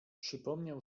przypomniał